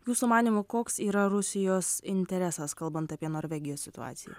jūsų manymu koks yra rusijos interesas kalbant apie norvegijos situaciją